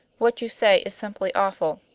what you say is simply awful.